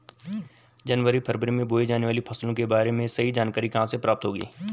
जनवरी फरवरी में बोई जाने वाली फसलों के बारे में सही जानकारी कहाँ से प्राप्त होगी?